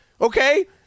okay